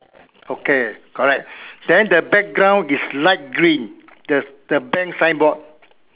okay correct then the background is light green the the bank signboard